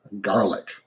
garlic